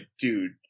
dude